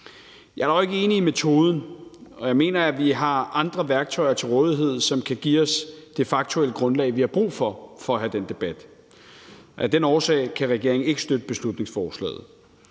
Jeg er dog ikke enig i metoden, og jeg mener, at vi har andre værktøjer til rådighed, som kan give os det faktuelle grundlag, som vi har brug for for at have den debat. Af den årsag kan regeringen ikke støtte beslutningsforslaget.